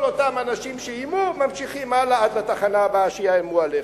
כל אותם אנשים שאיימו ממשיכים הלאה עד לתחנה הבאה שבה יאיימו עליך.